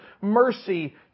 mercy